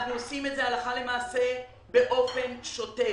אנחנו עושים את זה הלכה למעשה באופן שוטף.